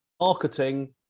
marketing